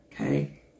Okay